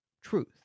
truth